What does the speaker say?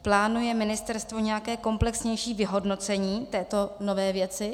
Plánuje ministerstvo nějaké komplexnější vyhodnocení této nové věci?